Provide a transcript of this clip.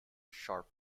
sharp